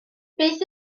beth